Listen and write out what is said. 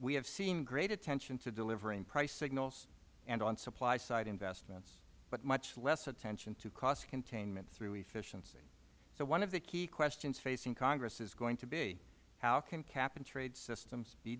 have seen great attention to delivering price signals and on supply side investments but much less attention to cost containment through efficiency so one of the key questions facing congress is going to be how can cap and trade systems be